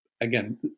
again